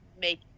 make